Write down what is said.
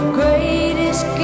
greatest